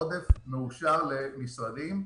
עודף מאושר למשרדים,